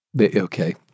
Okay